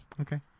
Okay